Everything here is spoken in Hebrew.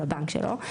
לבנק שלו,